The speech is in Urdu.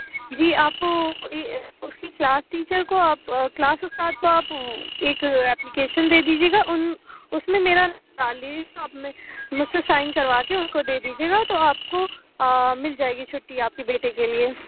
جی آپ اُس کی کلاس ٹیچر کو آپ کلاس اُستاد کو آپ ایک اپلیکیشن دے دیجیے گا اُن اُس میں میرا ڈال دیجیے گا اب میں مجھ سے سائن کرواکے اُن کو دے دیجیے گا تو آپ کو مل جائے گی چُھٹی آپ کے بیٹے کے لیے